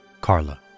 Carla